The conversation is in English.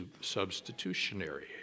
substitutionary